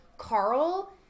Carl